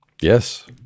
yes